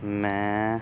ਮੈਂ